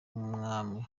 umwami